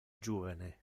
juvene